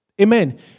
Amen